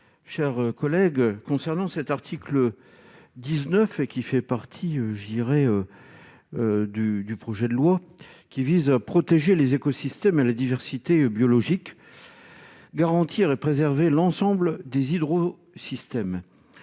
chers collègues, concernant cet article 19 et qui fait partie je dirais du du projet de loi qui vise à protéger les écosystèmes et la diversité biologique garantir et préserver l'ensemble des hydro-système